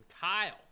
Kyle